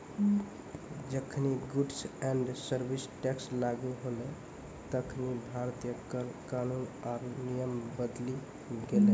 जखनि goods and service tax लागू होलै तखनि भारतीय कर कानून आरु नियम बदली गेलै